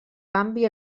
canvi